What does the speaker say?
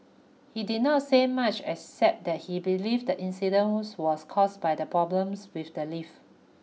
he did not say much except that he believe that incident's was caused by the problems with the live